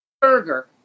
Burger